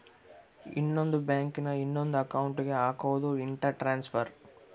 ಇನ್ನೊಂದ್ ಬ್ಯಾಂಕ್ ನ ಇನೊಂದ್ ಅಕೌಂಟ್ ಗೆ ಹಕೋದು ಇಂಟರ್ ಟ್ರಾನ್ಸ್ಫರ್